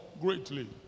greatly